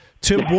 Tim